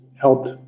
helped